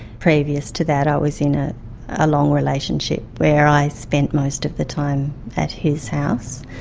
previous to that i was in a ah long relationship where i spent most of the time at his house.